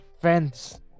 friends